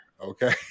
Okay